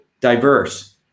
diverse